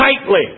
tightly